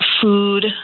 food